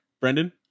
Brendan